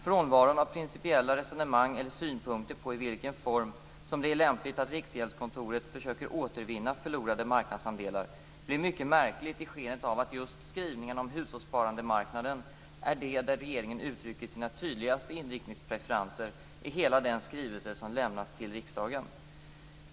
Frånvaron av principiella resonemang eller synpunkter på i vilken form som det är lämpligt att Riksgäldskontoret försöker återvinna förlorade marknadsandelar blir mycket märklig i skenet av att just skrivningarna om hushållssparandemarknaden är de där regeringen uttrycker sina tydligaste inriktningspreferenser i hela den skrivelse som lämnats till riksdagen.